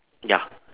ya